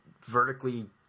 vertically